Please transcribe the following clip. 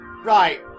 Right